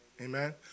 Amen